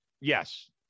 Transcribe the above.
Yes